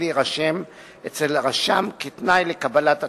להירשם אצל הרשם כתנאי לקבלת התמיכה.